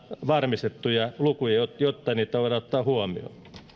varmistettuja lukuja jotta niitä voidaan ottaa huomioon